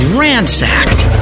ransacked